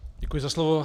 Děkuji za slovo.